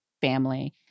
family